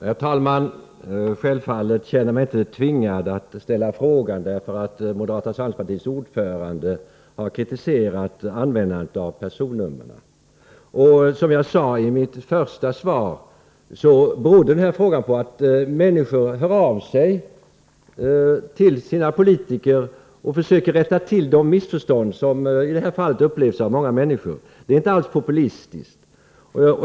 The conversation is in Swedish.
Herr talman! Självfallet har jag inte känt mig tvingad att ställa frågan därför att moderata samlingspartiets ordförande har kritiserat användandet av personnummer. Som jag sade i min första replik berodde frågan på att människor hör av sig till sina politiker för att försöka rätta till de missförstånd som, bl.a. i det här fallet, upplevs av många människor. Det är inte alls populistiskt.